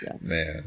man